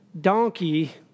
donkey